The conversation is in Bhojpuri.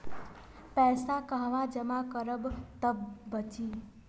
पैसा कहवा जमा करब त बची?